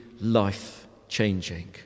life-changing